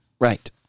Right